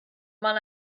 man